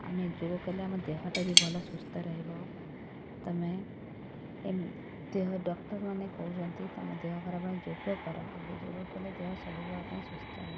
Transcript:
ଆମେ ଯୋଗ କଲେ ଆମ ଦେହଟା ବି ଭଲ ସୁସ୍ଥ ରହିବ ତୁମେ ଦେହ ଡକ୍ଟର ମାନେ କହୁଛନ୍ତି ତୁମ ଦେହ ଖରାପ ପାଇଁ ଯୋଗ କର ଆଗେ ଯୋଗ କଲେ ଦେହ ସବୁବେଳ ପାଇଁ ସୁସ୍ଥ ରହିବ